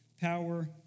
power